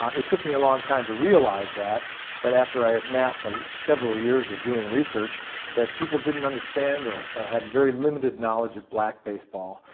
it took me a long time to realize that that after i had massed um several years of doing research that people didn't understand or or had very limited knowledge of black baseball.